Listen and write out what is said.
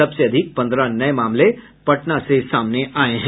सबसे अधिक पन्द्रह नये मामले पटना से सामने आये हैं